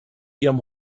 ihrem